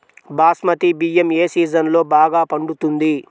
బాస్మతి బియ్యం ఏ సీజన్లో బాగా పండుతుంది?